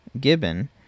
Gibbon